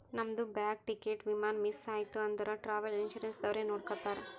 ನಮ್ದು bag, ticket, ವಿಮಾನ miss ಐಯ್ತ ಅಂದುರ್ ಟ್ರಾವೆಲ್ ಇನ್ಸೂರೆನ್ಸ್ ದವ್ರೆ ನೋಡ್ಕೊತ್ತಾರ್